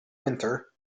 winter